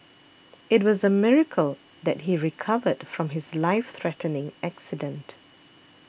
it was a miracle that he recovered from his life threatening accident